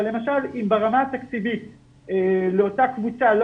אבל למשל אם ברמה התקציבית לאותה קבוצה לא